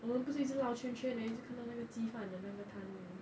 我们不是一直绕圈圈 then 一直看到那个鸡饭的那个摊位